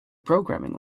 programming